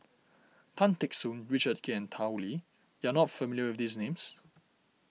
Tan Teck Soon Richard Kee and Tao Li you are not familiar with these names